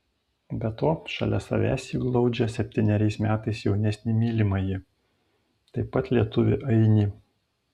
be to šalia savęs ji glaudžia septyneriais metais jaunesnį mylimąjį taip pat lietuvį ainį